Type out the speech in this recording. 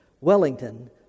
Wellington